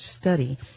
study